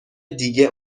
دیگه